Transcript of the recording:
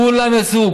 כולם יצאו.